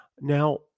Now